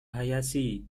hayashi